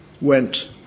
went